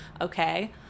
Okay